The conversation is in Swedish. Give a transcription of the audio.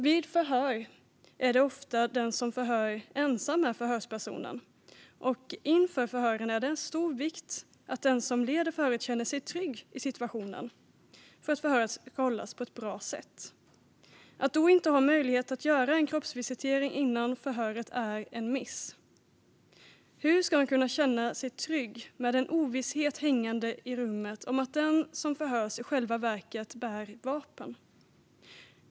Vid förhör är ofta den som förhör ensam med förhörspersonen. Inför förhören är det av stor vikt att den som leder förhöret känner sig trygg i situationen för att förhöret ska kunna hållas på ett bra sätt. Att då inte ha möjlighet att göra en kroppsvisitering innan förhöret är en miss. Hur kan en känna sig trygg med en ovisshet hängande i rummet om att den som förhörs i själva verket bär vapen?